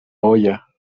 olla